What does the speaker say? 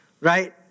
right